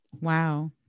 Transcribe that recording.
Wow